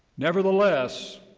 nevertheless,